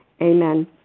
Amen